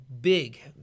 big